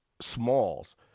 smalls